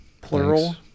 plural